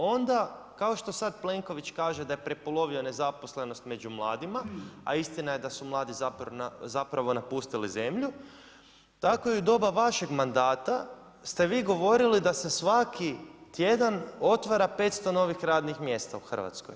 Onda kao što sad Plenković kaže da prepolovio nezaposlenost među mladima, a istina je da su mladi zapravo napustili zemlju, tako i u doba vašeg mandata ste vi govorili da se svaki tjedan otvara 500 novih radnih mjesta u Hrvatskoj.